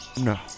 No